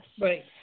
right